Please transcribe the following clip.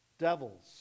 Devils